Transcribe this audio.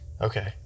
Okay